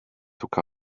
took